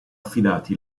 affidati